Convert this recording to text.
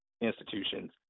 institutions